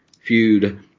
feud